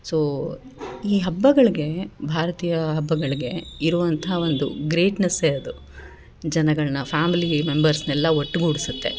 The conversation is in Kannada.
ಸೋ ಈ ಹಬ್ಬಗಳಿಗೆ ಭಾರತೀಯ ಹಬ್ಬಗಳಿಗೆ ಇರುವಂಥ ಒಂದು ಗ್ರೇಟ್ನೆಸ್ಸೆ ಅದು ಜನಗಳನ್ನ ಫ್ಯಾಮ್ಲಿ ಮೆಂಬರ್ಸ್ನೆಲ್ಲ ಒಟ್ಗೂಡಿಸುತ್ತೆ